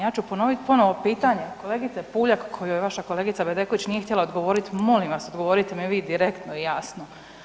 Ja ću ponovit ponovo pitanje kolegici Puljak kojoj vaša kolegica Bedeković nije htjela odgovoriti, molim vas odgovorite mi vi direktno i jasno.